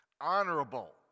honorable